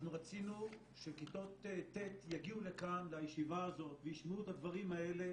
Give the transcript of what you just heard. אנחנו רצינו שכיתות ט' יגיעו לכאן לישיבה הזאת וישמעו את הדברים האלה